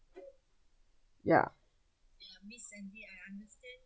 ya